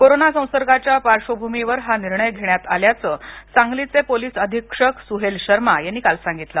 corona संसर्गाच्या पार्श्वभूमीवर हा निर्णय घेण्यात आल्याचं सांगलीचे पोलीस अधीक्षक सुहेल शर्मा यांनी काल सांगितलं